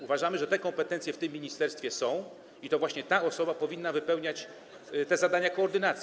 Uważamy, że te kompetencje w tym ministerstwie są i to właśnie ta osoba powinna wypełniać te zadania koordynacji.